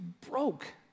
broke